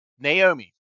Naomi